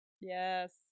Yes